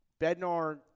Bednar